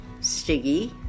Stiggy